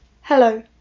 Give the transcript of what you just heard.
Hello